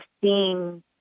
seeing